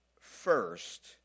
first